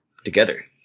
together